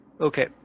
Okay